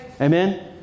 Amen